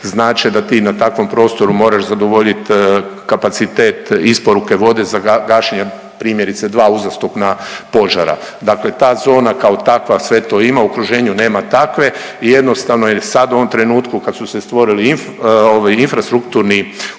znače da ti na takovom prostoru moraš zadovoljit kapacitet isporuke vode za gašenje primjerice dva uzastopna požara. Dakle, ta zona kao takva sve to ima, u okruženju nema takve i jednostavno jer sad u ovom trenutku kad su se stvorili ovi infrastrukturni uslovi